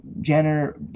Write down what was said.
Jenner